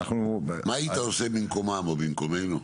מה היית עושה במקומם או במקומנו?